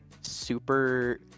super